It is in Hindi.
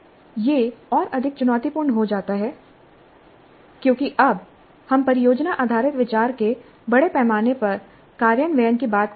यह और अधिक चुनौतीपूर्ण हो जाता है क्योंकि अब हम परियोजना आधारित विचार के बड़े पैमाने पर कार्यान्वयन की बात कर रहे हैं